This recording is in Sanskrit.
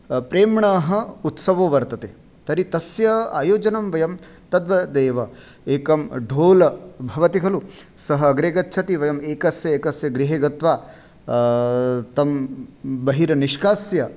प्रेम्णः उत्सवो वर्तते तर्हि तस्य आयोजनं वयं तद्वदेव एकं ढोल भवति खलु सः अग्रे गच्छति वयम् एकस्य एकस्य गृहे गत्वा तं बहिर्निष्कास्य